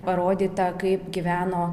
parodyta kaip gyveno